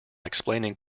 explaining